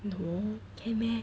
no can meh